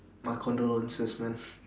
my condolences man